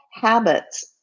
habits